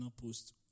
Post